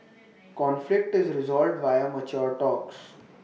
conflict is resolved via mature talks